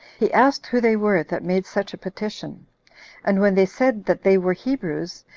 he asked who they were that made such a petition and when they said that they were hebrews,